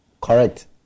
Correct